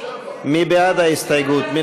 מי בעד ההסתייגות?